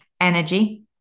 energy